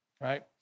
Right